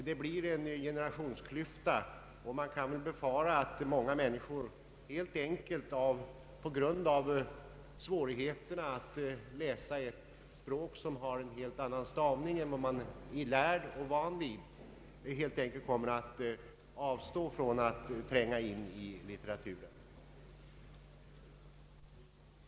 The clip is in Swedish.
Det blir en generationsklyfta, och man kan befara att många människor helt enkelt på grund av svårigheterna att läsa ett språk, som har en helt annan stavning än de har lärt sig och är vana vid, kommer att avstå från att tränga in i litteraturen.